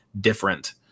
different